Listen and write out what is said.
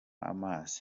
amazi